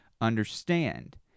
understand